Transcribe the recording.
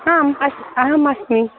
आम् अ अहमस्मि